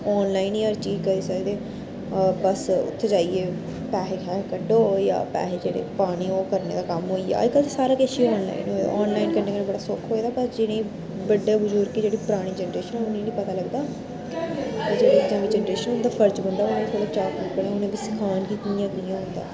online ई हर चीज़ करी सकदे बस उत्थें जाइयै पैहे शैहे कड्डो जां पैहे् जेह्ड़े पाने ओह् करने ओह् कम्म होई गेआ अज्जकल सारा किश ही आनलाइन होआ दा आनलाइन कन्नै कन्नै बड़ा सुख होई गेदा पर जिनेंगी बड्डे बजुर्गें दी जेह्ड़ी परानी जनरेशन उनें नी पता लगदा जेह्ड़ी नमीं जनरेशन ऐ उं'दा फर्ज बनदा कि उ'नेंगी सखान कियां कि'यां होंदा ऐ